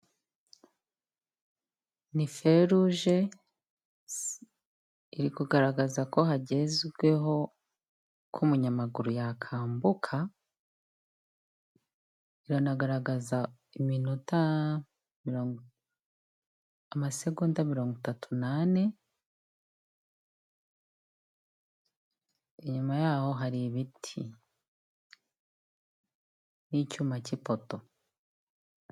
Ni feruge, iri kugaragaza ko hagezweho ko umunyamaguru yakambuka, iranagaragaza iminota mirongo, amasegonda mirongo itatu n'ane, inyuma y'aho hari ibiti n'icyuma k'ipoto.